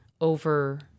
over